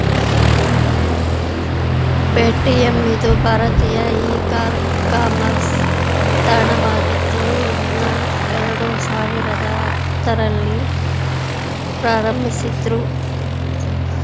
Paytm ಇದು ಭಾರತೀಯ e commerce ತಾಣವಾಗಿದ್ದು ಇದ್ನಾ ಎರಡು ಸಾವಿರದ ಹತ್ತುರಲ್ಲಿ ಪ್ರಾರಂಭಿಸಿದ್ದ್ರು